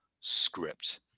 script